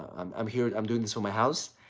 i'm here. i'm doing this on my house.